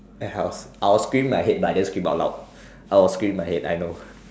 and I was I will scream in my head but I didn't scream out loud I was scream in my head I know